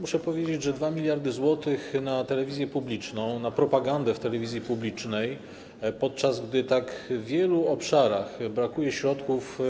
Muszę powiedzieć, że 2 mld zł na telewizję publiczną, na propagandę w telewizji publicznej, podczas gdy w tak wielu obszarach brakuje środków